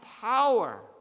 power